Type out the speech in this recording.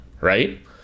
right